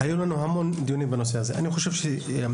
המון דיונים בנושא הזה התקיימו כבר.